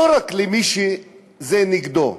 לא רק למי שזה נגדו,